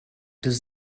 does